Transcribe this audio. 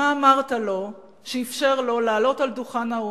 מה אמרת לו שאפשר לו לעלות על דוכן האו"ם,